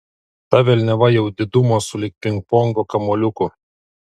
ta velniava jau didumo sulig pingpongo kamuoliuku